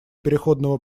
переходного